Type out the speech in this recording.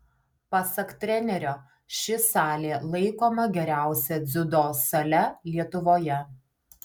pasak trenerio ši salė laikoma geriausia dziudo sale lietuvoje